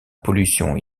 pollution